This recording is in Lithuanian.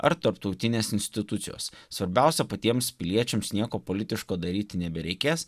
ar tarptautinės institucijos svarbiausia patiems piliečiams nieko politiško daryti nebereikės